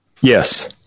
yes